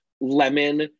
lemon